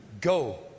go